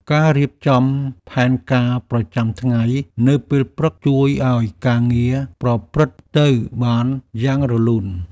ការរៀបចំផែនការប្រចាំថ្ងៃនៅពេលព្រឹក ជួយឱ្យការងារប្រព្រឹត្តទៅបានយ៉ាងរលូន។